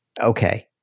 Okay